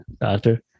doctor